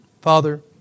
Father